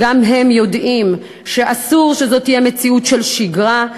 גם הם יודעים שאסור שזו תהיה מציאות של שגרה,